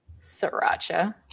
Sriracha